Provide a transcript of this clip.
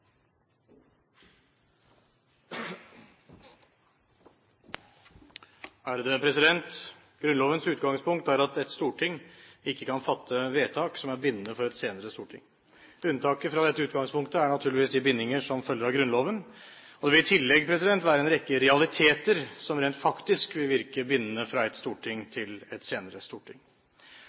at ett storting ikke kan fatte vedtak som er bindende for et senere storting. Unntaket fra dette utgangspunktet er naturligvis de bindinger som følger av Grunnloven. Det vil i tillegg være en rekke realiteter som rent faktisk vil virke bindende fra ett storting til et senere storting.